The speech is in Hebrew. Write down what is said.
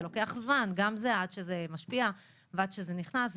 זה לוקח זמן עד שזה משפיע ועד שזה נכנס,